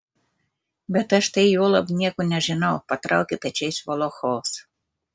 bet aš tai juolab nieko nežinau patraukė pečiais volochovas